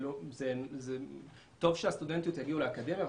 טוב שהסטודנטיות הגיעו לאקדמיה,